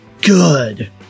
good